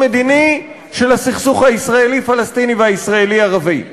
מדיני של הסכסוך הישראלי פלסטיני והישראלי ערבי.